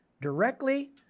directly